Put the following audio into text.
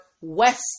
West